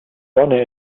sonne